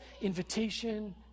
invitation